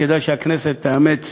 כדאי שהכנסת תאמץ